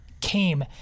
came